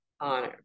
honor